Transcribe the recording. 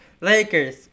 Lakers